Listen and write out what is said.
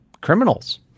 criminals